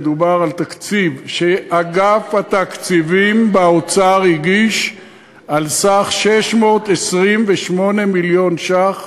מדובר על תקציב שאגף התקציבים באוצר הגיש על סך 628 מיליון ש"ח.